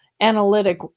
analytic